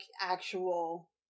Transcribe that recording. actual